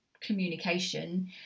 communication